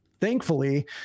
thankfully